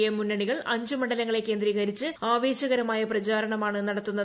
എ് മുന്നണികൾ അഞ്ച് മണ്ഡലങ്ങളെ കേന്ദ്രീകരിച്ച് ആവേശകരമായ പ്രചാരണമാണ് നടത്തുന്നത്